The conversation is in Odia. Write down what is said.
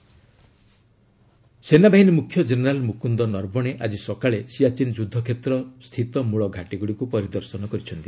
ସିଆଚୀନ୍ ସେନାବାହିନୀ ମୁଖ୍ୟ ଜେନେରାଲ୍ ମୁକୁନ୍ଦ ନରବଣେ ଆଜି ସକାଳେ ସିଆଚୀନ୍ ଯୁଦ୍ଧ କ୍ଷେତ୍ର ସ୍ଥିତ ମୂଳ ଘାଟିଗୁଡ଼ିକୁ ପରିଦର୍ଶନ କରିଛନ୍ତି